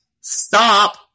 stop